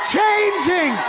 changing